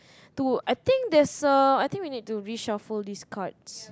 to I think there's a I think we need to reshuffle these cards